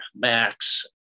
Max